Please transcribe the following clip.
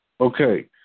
Okay